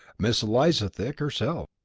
miss eliza thick herself.